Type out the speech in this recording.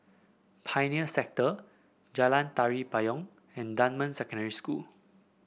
Pioneer Sector Jalan Tari Payong and Dunman Secondary School